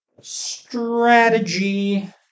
Strategy